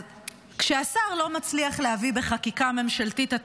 אז כשהשר לא מצליח להביא בחקיקה ממשלתית את